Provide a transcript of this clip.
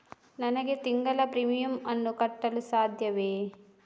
ನನಗೆ ತಿಂಗಳ ಪ್ರೀಮಿಯಮ್ ಅನ್ನು ಕಟ್ಟಲು ಸಾಧ್ಯವೇ?